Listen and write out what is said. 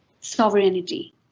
sovereignty